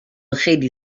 خیلی